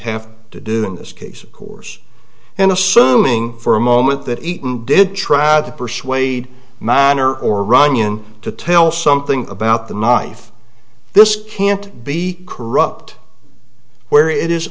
have to do in this case of course and assuming for a moment that eaton did tried to persuade minor or runyan to tell something about the knife this can't be corrupt where it is